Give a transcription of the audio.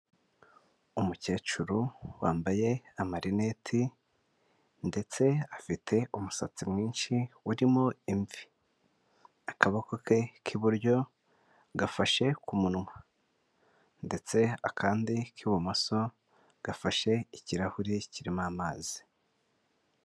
Umukecuru wambaye amarineti ndetse afite umusatsi mwinshi urimo imvi, akaboko ke k'iburyo gafashe ku munwa ndetse akandi k'ibumoso gafashe ikirahure kirimo amazi.